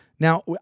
Now